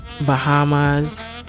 bahamas